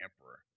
Emperor